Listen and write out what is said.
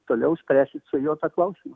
toliau spręsit su juo tą klausimą